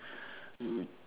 you